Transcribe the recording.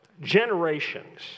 generations